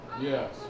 Yes